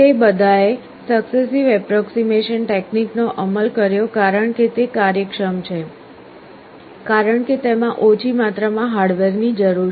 તે બધાએ successive approximation ટેક્નિકનો અમલ કર્યો કારણ કે તે કાર્યક્ષમ છે કારણ કે તેમાં ઓછી માત્રામાં હાર્ડવેરની જરૂર છે